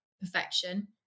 perfection